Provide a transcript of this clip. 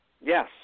Yes